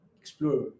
explore